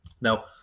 Now